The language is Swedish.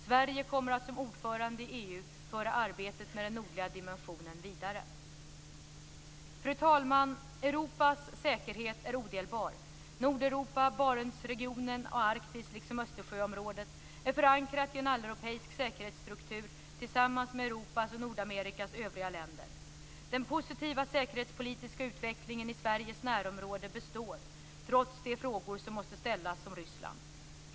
Sverige kommer att som ordförande i EU föra arbetet med den nordliga dimensionen vidare. Fru talman! Europas säkerhet är odelbar. Nordeuropa - Barentsregionen och Arktis liksom Östersjöområdet - är förankrat i en alleuropeisk säkerhetsstruktur tillsammans med Europas och Nordamerikas övriga länder. Sveriges närområde består trots de frågor som måste ställas om Ryssland.